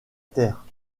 terre